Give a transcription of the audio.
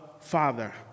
Father